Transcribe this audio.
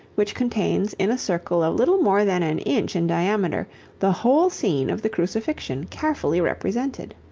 which contains in a circle of little more than an inch in diameter the whole scene of the crucifixion carefully represented.